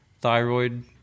thyroid